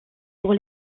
pour